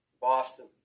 Boston